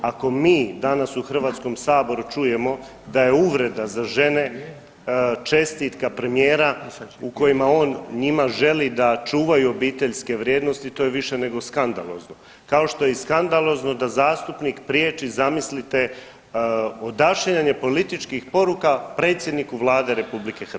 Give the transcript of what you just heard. Ako mi danas u HS-u čujemo da je uvreda za žene čestitka premijera u kojima on njima želi da čuvaju obiteljske vrijednosti to je više nego skandalozno, kao što je i skandalozno da zastupnik priječi zamislite odašiljanje političkih poruka predsjedniku Vlade RH.